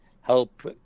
help